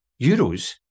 euros